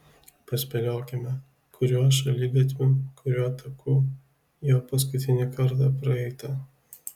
paspėliokime kuriuo šaligatviu kuriuo taku jo paskutinį kartą praeita